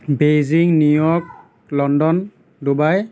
Beijing New York London Dubai